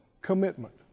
commitment